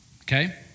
okay